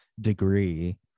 degree